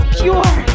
pure